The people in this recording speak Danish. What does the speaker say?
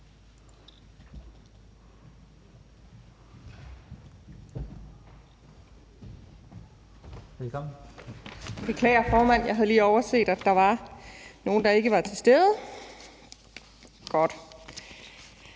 (KF): Jeg beklager, formand. Jeg havde lige overset, der var nogle, der ikke var til stede. Jeg